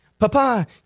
Papa